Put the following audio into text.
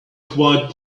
quit